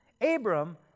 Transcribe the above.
Abram